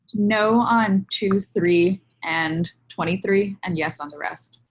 know on two three and twenty three and yes on the rest